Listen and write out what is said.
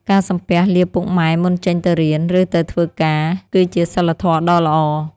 ការសំពះលាពុកម៉ែមុនចេញទៅរៀន ឬទៅធ្វើការ គឺជាសីលធម៌ដ៏ល្អ។